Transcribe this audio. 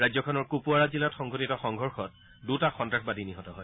ৰাজ্যখনৰ কুপৱাৰা জিলাত সংঘটিত সংঘৰ্ষত দুটা সন্তাসবাদী নিহত হয়